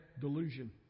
delusion